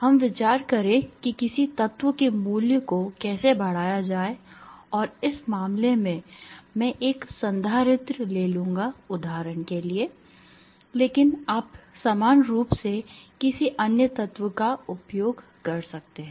हम विचार करें कि किसी तत्व के मूल्य को कैसे बढ़ाया जाए और इस मामले में मैं एक संधारित्र ले लूंगा उदाहरण के लिए लेकिन आप समान रूप से किसी अन्य तत्व का उपयोग कर सकते हैं